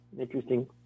interesting